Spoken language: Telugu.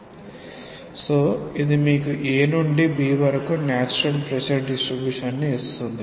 కనుక ఇది మీకు A నుండి B వరకు న్యాచురల్ ప్రెషర్ డిస్ట్రిబ్యూషన్ ని ఇస్తుంది